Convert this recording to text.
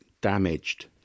damaged